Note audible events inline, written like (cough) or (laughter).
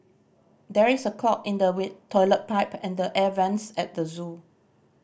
there is a clog in the (unintelligible) toilet pipe and the air vents at the zoo